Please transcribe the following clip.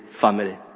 family